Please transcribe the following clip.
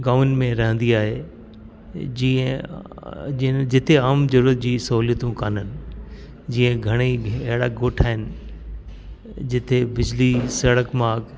गांवनि में रहंदी आहे जीअं जिन जिते आम जरूरत जी सहुलतियूं कोन्हनि जीअं घणे ई बि अहिड़ा गोठ आहिनि जिथे बिजली सड़क माग